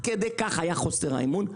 כך שלא יחול על החקלאות.